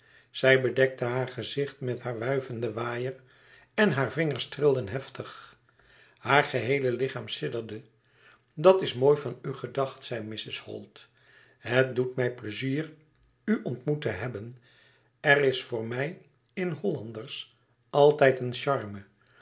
zij bedekte haar gezicht met haar wuivenden waaier en hare vingers trilden hevig haar geheele lichaam sidderde dat is mooi van u gedacht zeide mrs holt het doet mij pleizier u ontmoet te hebben er is voor mij in hollanders altijd een charme